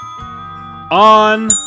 on